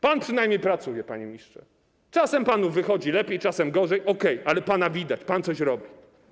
Pan przynajmniej pracuje, panie ministrze, czasem panu wychodzi lepiej, czasem gorzej, okej, ale pana widać, pan coś robi.